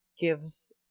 gives